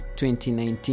2019